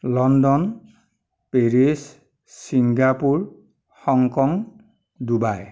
London Paris Singapore Hong Kong Dubai